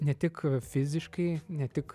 ne tik fiziškai ne tik